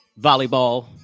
volleyball